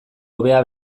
hobea